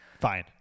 fine